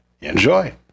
enjoy